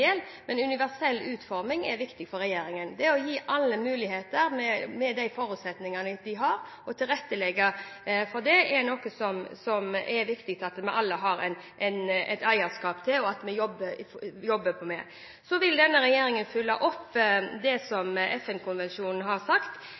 men universell utforming er viktig for regjeringen. Det er å gi alle – med de forutsetningene de har – muligheter. Å tilrettelegge for dette er det viktig at vi alle har et eierskap til og jobber med. Denne regjeringen vil følge opp FN-konvensjonen. Jeg kan dessverre ikke svare helt eksakt på hva vi vil følge opp